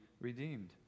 redeemed